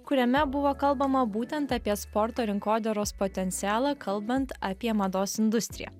kuriame buvo kalbama būtent apie sporto rinkodaros potencialą kalbant apie mados industriją